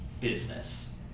business